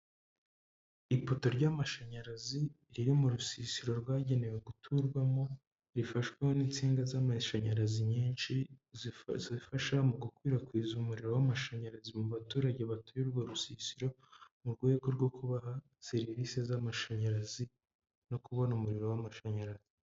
Ipoto ry'amashanyarazi riri mu rusisiro rwagenewe guturwamo, rifashweho n'insinga z'amashanyarazi nyinshi zifasha mu gukwirakwiza umuriro w'amashanyarazi mu baturage batuye urwo rusisiro, mu rwego rwo kubaha serivisi z'amashanyarazi no kubona umuriro w'amashanyarazi.